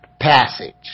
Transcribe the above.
passage